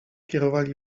kierowali